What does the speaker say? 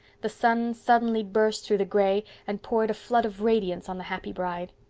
the sun suddenly burst through the gray and poured a flood of radiance on the happy bride.